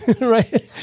right